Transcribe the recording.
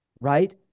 Right